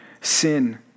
sin